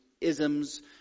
isms